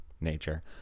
nature